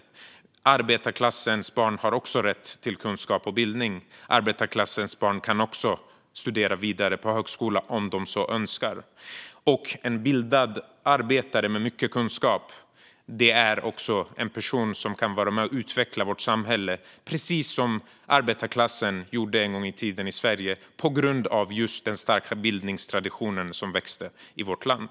Arbetarklassens barn har också rätt till kunskap och bildning. Arbetarklassens barn kan också studera vidare på högskola om de så önskar. En bildad arbetare med mycket kunskap är en person som kan vara med och utveckla vårt samhälle precis som arbetarklassen gjorde en gång i tiden i Sverige på grund av just den starka bildningstraditionen som växte i vårt land.